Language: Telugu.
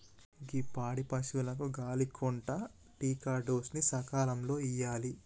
గీ పాడి పసువులకు గాలి కొంటా టికాడోస్ ని సకాలంలో ఇయ్యాలి